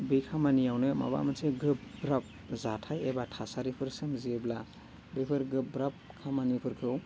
बे खामानियावनो माबा मोनसे गोब्राब जाथाय एबा थासारिफोर सोमजियोब्ला बेफोर गोब्राब खामानिफोरखौ